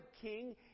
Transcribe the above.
king